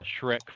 Shrek